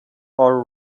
are